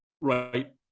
right